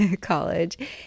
college